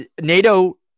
NATO